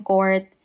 Court